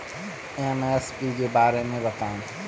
MSP के बारे में बतायें?